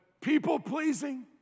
people-pleasing